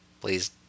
Please